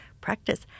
practice